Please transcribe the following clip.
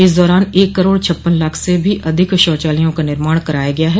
इस दौरान एक करोड़ छप्पन लाख से भी अधिक शौचालयों का निर्माण कराया गया है